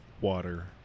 water